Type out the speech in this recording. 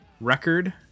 record